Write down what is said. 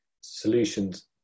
solutions